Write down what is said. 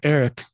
Eric